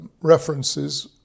references